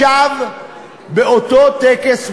ישב באותו טקס מכובד,